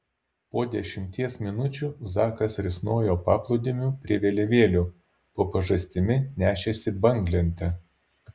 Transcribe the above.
po dešimties minučių zakas risnojo paplūdimiu prie vėliavėlių po pažastimi nešėsi banglentę